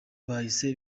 bahise